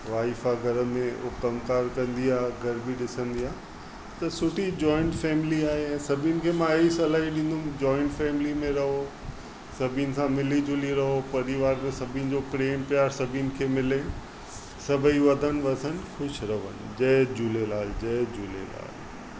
wife आहे घर में उहा कमु कार कंदी आहे घर बि ॾिसंदी आहे त सुठी जोइंट फ़ैमिली आहे सभिनी खे मां ई सलाह ॾींदुमि जोइंट फ़ैमिली में रहो सभिनी सां मिली झुली रहो परिवार में सभिनी जो प्रेम प्यार सभिनी खे मिले सभेई वधनि वसनि ख़ुशि रहनि जय झूलेलाल जय झूलेलाल